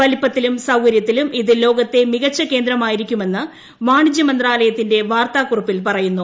വലിപ്പത്തിലും സൌകര്യത്തിലും ഇത് ലോകത്തെ മികച്ച കേന്ദ്രമായിരിക്കുമെന്ന് വാണിജ്യ മന്ത്രാലയത്തിന്റെ വാർത്താക്കുറി പ്പിൽ പറയുന്നു